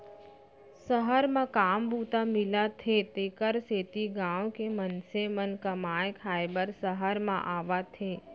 सहर म काम बूता मिलत हे तेकर सेती गॉँव के मनसे मन कमाए खाए बर सहर म आवत हें